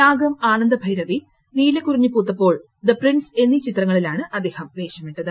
രാഗം Ananda Bhairavi Neelakurinji Poothappol the prince എന്നീ ചിത്രങ്ങളിലാണ് അദ്ദേഹം വേഷമിട്ടത്